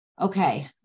okay